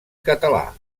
català